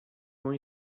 ont